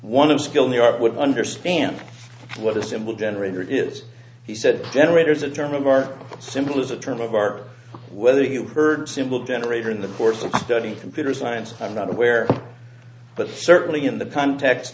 one of skill new york would understand what a simple generator is he said generators a term of are simple is a term of art whether you heard simple generator in the course of study computer science i'm not aware but certainly in the context